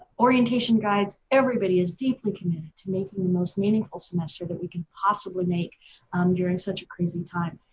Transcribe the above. orientation guides. everybody is deeply committed to making the most meaningful semester that we can possibly make um during such a crazy time.